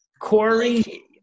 Corey